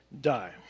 die